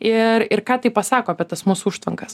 ir ir ką tai pasako apie tas mūsų užtvankas